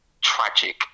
tragic